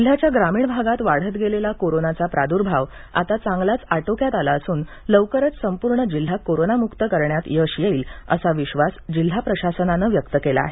जिल्ह्याच्या ग्रामीण भागात वाढत गेलेला कोरोनाचा प्रादुर्भाव आता चांगलाच आटोक्यात आला असून लवकरच संपूर्ण जिल्हा कोरोना मुक्त करण्यात यश येईल असा विश्वास जिल्हा प्रशासनानं व्यक्त केला आहे